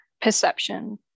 perception